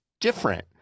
different